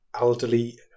elderly